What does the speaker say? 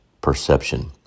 perception